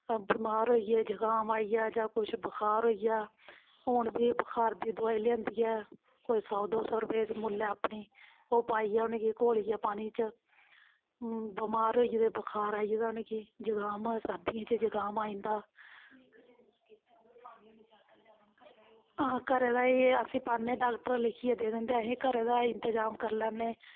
बमार होई गे जकाम आई गेआ जां कुछ बखार होई गेआ हून बी बखार दी दवाई लेआंदी ऐ कोई सौ दो सौ रपेऽ दी मुल्लै अपनी ओह् पाइयै उ'नेंगी घोलियै पानी च बमार होई गेदे बखार आई गेदा उ'नेंगी जकाम सर्दियें च जकाम आई जंदा घरै दा एह् अस पान्नें डाक्टर लिखियै देई दिंदा असेंगी घरा दा इंतज़ाम करी लैन्ने